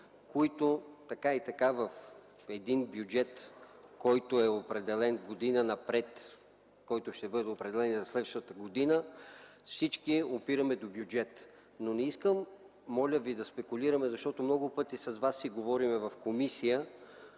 които така и така са в един бюджет, определен година напред, който ще бъде определен и за следващата година. Всички опираме до бюджета. Но не искам и моля Ви да не спекулираме, защото много пъти с Вас си говорим в комисията